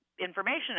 information